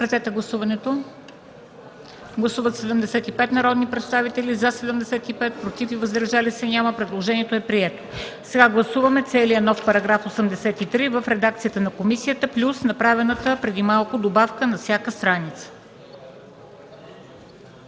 всяка страница”. Гласували 75 народни представители: за 75, против и въздържали се няма. Предложението е прието. Гласуваме целия нов § 83 в редакцията на комисията плюс направената преди малко добавка „на всяка страница”.